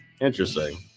interesting